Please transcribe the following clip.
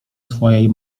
swojej